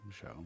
show